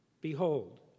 Behold